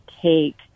take